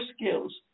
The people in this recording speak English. skills